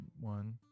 one